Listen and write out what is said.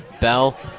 Bell